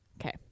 okay